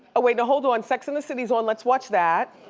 wait, no, hold on, sex and the city's on, let's watch that.